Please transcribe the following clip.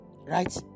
Right